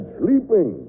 sleeping